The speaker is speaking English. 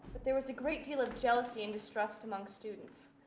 there was a great deal of jealousy and distress amongst students.